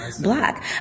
black